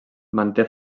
manté